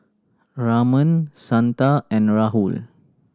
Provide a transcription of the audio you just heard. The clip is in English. Raman Santha and Rahul